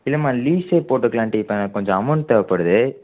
இல்லைம்மா லீஸே போட்டுக்கலாம் இப்ப கொஞ்சம் அமௌன்ட் தேவைப்படுது